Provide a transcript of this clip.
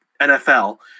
NFL